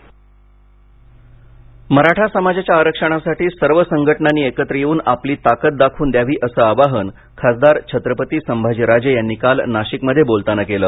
नाशिक मराठा समाजाच्या आरक्षणासाठी सर्व संघटनांनी एकत्र येऊन आपली ताकद दाखवून द्यावी असं आवाहन खासदार छत्रपती संभाजी राजे यांनी काल नाशिकमध्ये बोलताना केलं